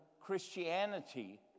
Christianity